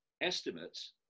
estimates